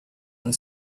and